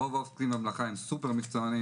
רוב העסקים במלאכה הם סופר מקצוענים,